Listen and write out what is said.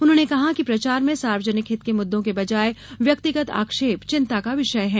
उन्होंने कहा कि प्रचार में सार्वजनिक हित के मुद्दों के बजाय व्यंक्तिगत आक्षेप चिंता का विषय है